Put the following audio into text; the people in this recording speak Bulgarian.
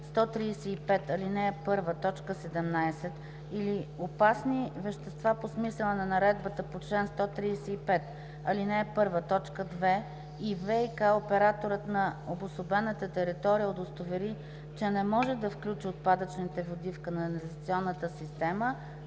135, ал. 1, т. 17 или опасни вещества по смисъла на наредбата по чл. 135, ал. 1, т. 2, и ВиК операторът на обособената територия удостовери, че не може да включи отпадъчните води в канализационната система: